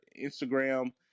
Instagram